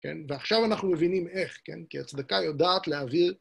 ועכשיו אנחנו מבינים איך, כן? כי הצדקה יודעת להעביר...